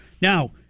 Now